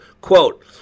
Quote